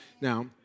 Now